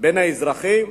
בין האזרחים,